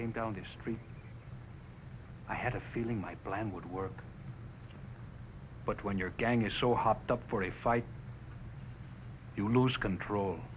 came down the street i had a feeling my plan would work but when your gang is so hopped up for a fight you lose control